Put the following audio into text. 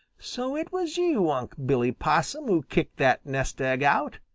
so it was you, unc' billy possum, who kicked that nest-egg out.